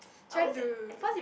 try to